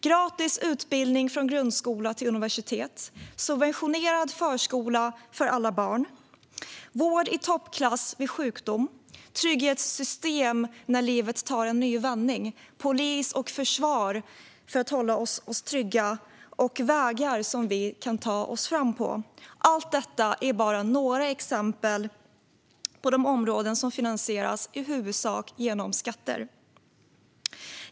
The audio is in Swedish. Gratis utbildning från grundskola till universitet, subventionerad förskola för alla barn, vård i toppklass vid sjukdom, trygghetssystem när livet tar en ny vändning, polis och försvar för att hålla oss trygga och vägar som vi kan ta oss fram på - allt detta är bara några exempel på de områden som i huvudsak finansieras genom skatter.